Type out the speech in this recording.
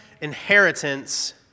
inheritance